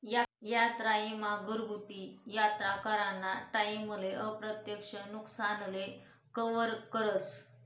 यात्रा ईमा घरगुती यात्रा कराना टाईमले अप्रत्यक्ष नुकसानले कवर करस